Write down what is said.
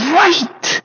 right